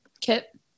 Kit